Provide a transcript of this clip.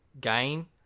game